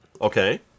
Okay